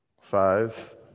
five